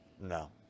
No